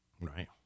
Right